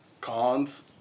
Cons